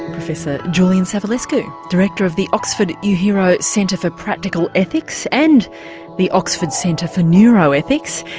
professor julian savulescu, director of the oxford uehiro centre for practical ethics and the oxford centre for neuroethics.